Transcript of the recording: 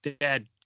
dad